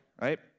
right